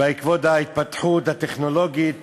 בעקבות ההתפתחות הטכנולוגית